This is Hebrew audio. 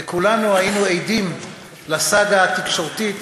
וכולנו היינו עדים לסאגה התקשורתית,